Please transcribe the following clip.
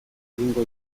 egingo